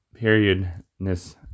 periodness